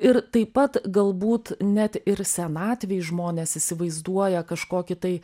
ir taip pat galbūt net ir senatvėj žmonės įsivaizduoja kažkokį tai